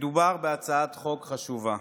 מדובר בהצעת חוק חשובה.